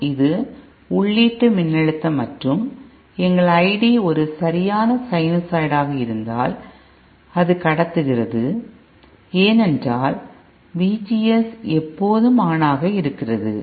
எனவே இது முழு 360 டிகிரிக்கும் நடத்துகிறது அதேபோல் இது உள்ளீட்டு மின்னழுத்தம் மற்றும் எங்கள் ID ஒரு சரியான சைனசாய்டு இருந்தால் அது கடத்துகிறது ஏனென்றால் VGS எப்பொழுதும் ஆன் ஆக இருக்கிறது